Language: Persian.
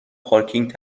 پارکینگ